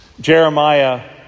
Jeremiah